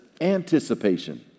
anticipation